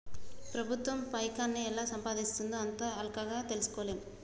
ప్రభుత్వం పైకాన్ని ఎలా సంపాయిస్తుందో అంత అల్కగ తెల్సుకోలేం